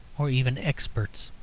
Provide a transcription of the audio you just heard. or even experts.